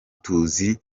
tuzi